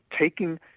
taking